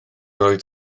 oedd